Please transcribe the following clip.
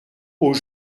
aux